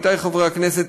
עמיתיי חברי הכנסת,